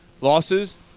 Losses